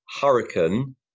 hurricane